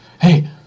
hey